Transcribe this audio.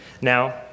Now